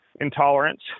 intolerance